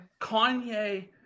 Kanye